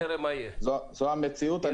זו המציאות.